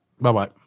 bye-bye